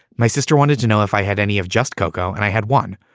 my sister wanted to know if i had any of just coco and i had one.